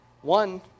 One